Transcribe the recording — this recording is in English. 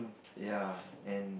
ya and